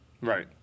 Right